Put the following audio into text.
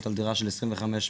שכירות על דירה של 25 מ"ר.